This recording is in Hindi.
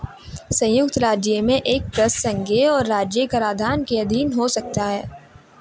संयुक्त राज्य में एक ट्रस्ट संघीय और राज्य कराधान के अधीन हो सकता है